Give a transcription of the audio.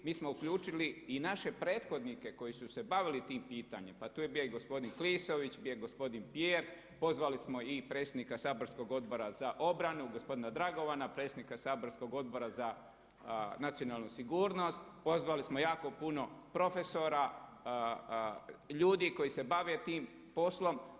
Mi smo uključili i naše prethodnike koji su se bavili tim pitanjem, pa tu je bio i gospodin Klisović, bio je i gospodin Pijer, pozvali smo i predsjednika saborskog Odbora za obranu gospodina DRagovana, predsjednika saborskog Odbora za nacionalnu sigurnost, pozvali smo jako puno profesora, ljudi koji se bave tim poslom.